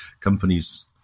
companies